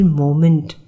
moment